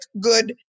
good